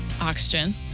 Oxygen